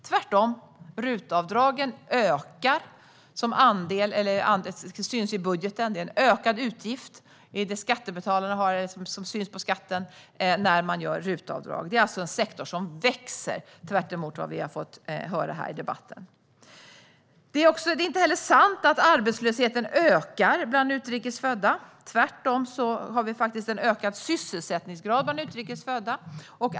Tvärtom: RUT-avdragen ökar, vilket syns i budgeten. Det är en ökad utgift som syns på skatten när man gör RUT-avdrag. Det är alltså en sektor som växer, tvärtemot vad vi har fått höra här i debatten. Det är inte heller sant att arbetslösheten ökar bland utrikes födda. Tvärtom har vi en ökad sysselsättningsgrad bland utrikes födda.